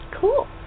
Cool